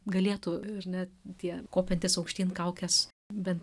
galėtų ir net tie kopiantys aukštyn kaukes bent